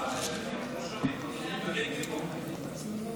לא שומעים אותך,